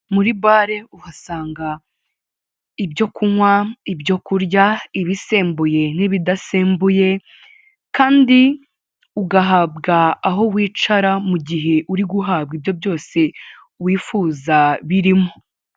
Muri bare uhasanga ibyo kunywa ibyo kurya ibisembuye n'ibidasembuye kandi ugahabwa aho wicara mu gihe uri guhabwa ibyo byose wifuza birimo.